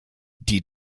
die